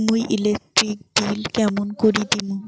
মুই electric bill কেমন করি দিম?